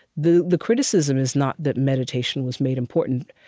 the the criticism is not that meditation was made important.